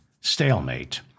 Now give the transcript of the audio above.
stalemate